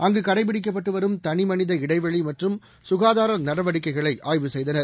அங்கு கடைபிடிக்கப்பட்டு வரும் தனிமனித இடைவெளி மற்றும் சுகாதார நடவடிக்கைளை ஆய்வு செய்தனர்